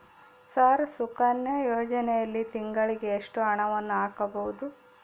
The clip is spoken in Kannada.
ಸರ್ ಸುಕನ್ಯಾ ಯೋಜನೆಯಲ್ಲಿ ತಿಂಗಳಿಗೆ ಎಷ್ಟು ಹಣವನ್ನು ಹಾಕಬಹುದು?